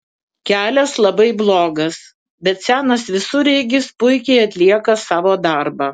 kelias labai blogas bet senas visureigis puikiai atlieka savo darbą